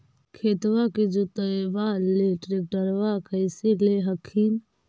खेतबा के जोतयबा ले ट्रैक्टरबा कैसे ले हखिन?